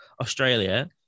Australia